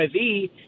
HIV